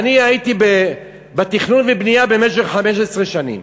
אני הייתי בתכנון ובנייה במשך 15 שנים,